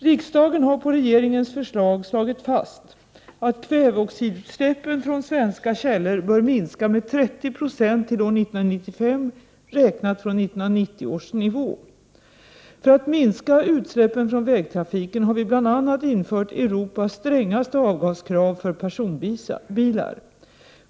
Riksdagen har på regeringens förslag slagit fast, att kväveoxidutsläppen från svenska källor bör minska med 30 9 till år 1995 räknat från 1980 års nivå. För att minska utsläppen från vägtrafiken har vi bl.a. infört Europas strängaste avgaskrav för personbilar.